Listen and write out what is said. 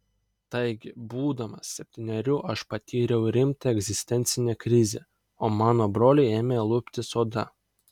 taigi būdamas septynerių aš patyriau rimtą egzistencinę krizę o mano broliui ėmė luptis oda